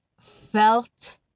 felt